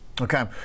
Okay